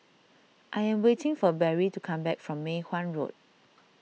I am waiting for Barry to come back from Mei Hwan Road